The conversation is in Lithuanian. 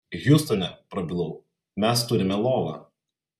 hjustone prabilau mes turime lovą